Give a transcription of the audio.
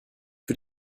für